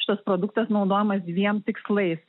šitas produktas naudojamas dviem tikslais